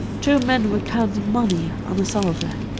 two men were counting money on a salver.